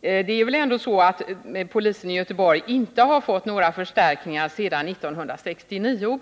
Det är väl ändå så att polisen i Göteborg inte har fått några förstärkningar sedan 1969.